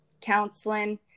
counseling